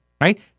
right